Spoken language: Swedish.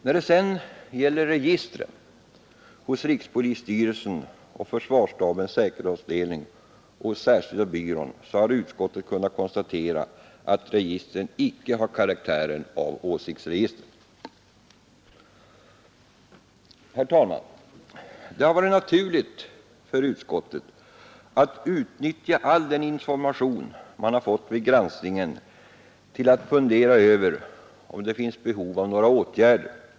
När det sedan gäller registren hos rikspolisstyrelsen och försvarsstabens säkerhetsavdelning och hos särskilda byrån så har utskottet kunnat konstatera att registren inte har karaktären av åsiktsregister. Det har varit naturligt för utskottet att utnyttja all den information man har fått vid granskningen till att fundera över om det finns behov av några åtgärder.